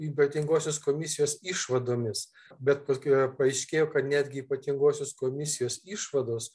ypatingosios komisijos išvadomis bet kokio paaiškėjo kad netgi ypatingosios komisijos išvados